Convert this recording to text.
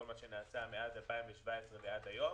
כל מה שנעשה מאז 2017 ועד היום.